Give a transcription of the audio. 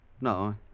No